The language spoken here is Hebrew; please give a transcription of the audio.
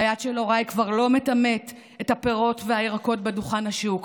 היד של הוריי כבר לא מטמאת את הפירות והירקות בדוכן השוק,